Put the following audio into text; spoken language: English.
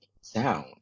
sound